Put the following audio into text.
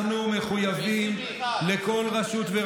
אנחנו חייבים לעשות את זה.